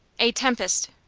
a tempest.